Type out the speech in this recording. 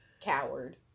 Coward